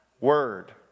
Word